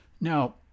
Now